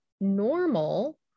normal